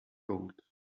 gold